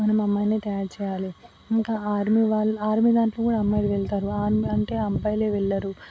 మనం అమ్మాయిని తయారు చెయ్యాలి ఇంకా ఆర్మీ వాళ్ళు ఆర్మీ దాంట్లో కూడా అమ్మాయిలు వెళ్తారు ఆర్మీ అంటే అబ్బాయిలే వెళ్ళరు